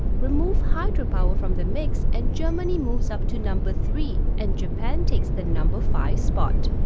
remove hydropower from the mix and germany moves up to number three and japan takes the number five spot.